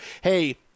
hey